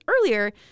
earlier